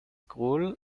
cruel